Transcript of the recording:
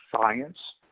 science